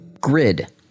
grid